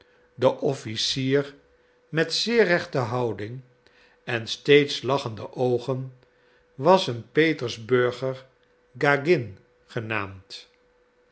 de officier met zeer rechte houding en steeds lachende oogen was een petersburger gagin genaamd